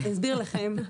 אסביר לכם.